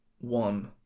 one